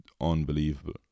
unbelievable